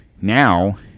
now